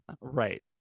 Right